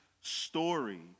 story